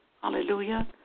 Hallelujah